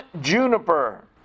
juniper